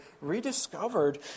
rediscovered